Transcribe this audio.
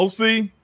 OC